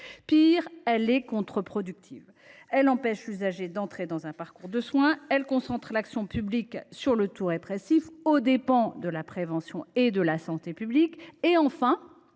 est contre productive, car elle empêche l’usager d’entrer dans un parcours de soins, concentre l’action publique sur le tout répressif aux dépens de la prévention et de la santé publique, et, enfin,